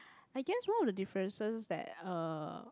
I guess wrong the differences that uh